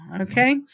Okay